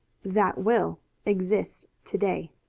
that will exists to-day!